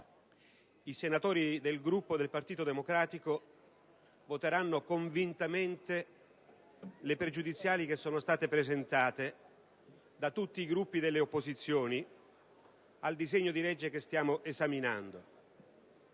i senatori del Gruppo del Partito Democratico voteranno convintamente a favore delle questioni pregiudiziali presentate da tutti i Gruppi delle opposizioni al disegno di legge che stiamo esaminando.